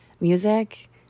music